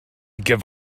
give